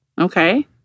Okay